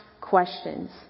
questions